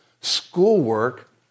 schoolwork